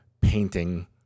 painting